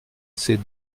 ses